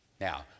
Now